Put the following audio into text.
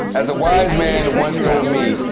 as a wise man once told me,